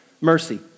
mercy